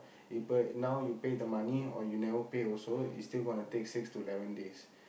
இப்ப:ippa now you pay the money or you never pay also it's still gonna take six to eleven days